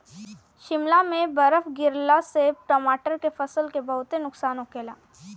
शिमला में बरफ गिरला से टमाटर के फसल के बहुते नुकसान होखेला